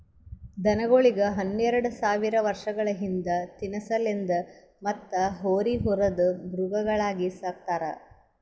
ದನಗೋಳಿಗ್ ಹನ್ನೆರಡ ಸಾವಿರ್ ವರ್ಷಗಳ ಹಿಂದ ತಿನಸಲೆಂದ್ ಮತ್ತ್ ಹೋರಿ ಹೊರದ್ ಮೃಗಗಳಾಗಿ ಸಕ್ತಾರ್